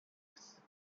ease